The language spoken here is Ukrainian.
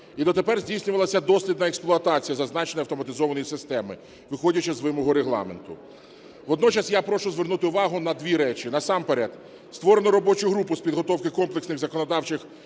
і дотепер здійснювалася дослідна експлуатація зазначеної автоматизованої системи, виходячи з вимог Регламенту. Водночас я прошу звернути увагу на дві речі. Насамперед, створено робочу групу з підготовки комплексних законодавчих